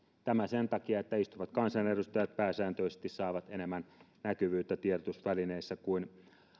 tämä sen takia että istuvat kansanedustajat pääsääntöisesti saavat enemmän näkyvyyttä tiedotusvälineissä kuin